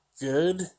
good